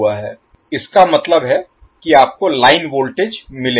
इसका मतलब है कि आपको लाइन वोल्टेज मिलेगा